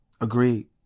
Agreed